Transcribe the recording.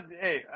hey